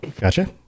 gotcha